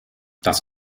das